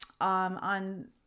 on